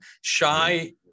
shy